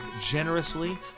generously